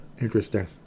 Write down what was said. Interesting